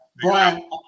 Brian